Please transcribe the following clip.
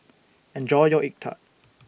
Enjoy your Egg Tart